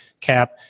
cap